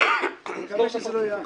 אני מקווה שאלה לא יהיו אחרונים.